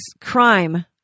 crime